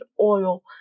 oil